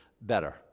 better